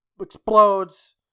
explodes